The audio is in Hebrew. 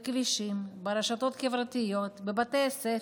בכבישים, ברשתות החברתיות, בבתי הספר,